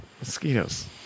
Mosquitoes